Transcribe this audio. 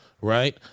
right